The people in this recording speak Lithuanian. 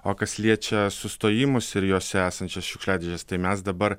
o kas liečia sustojimus ir juose esančias šiukšliadėžes tai mes dabar